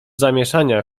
zamieszania